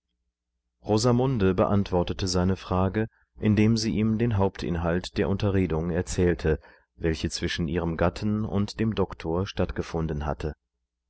rosamunde beantwortete seine frage indem sie ihm den hauptinhalt der unterredung erzählte welche zwischen ihrem gatten und dem doktor stattgefunden hatte